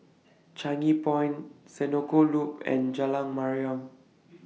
Changi City Point Senoko Loop and Jalan Mariam